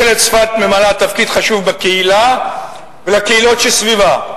מכללת צפת ממלאה תפקיד חשוב בקהילה ולקהילות שסביבה.